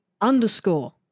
underscore